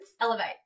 Elevate